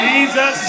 Jesus